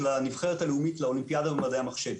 הנבחרת הלאומית לאולימפיאדה למדעי המחשב.